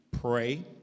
pray